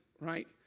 right